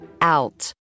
out